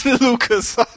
Lucas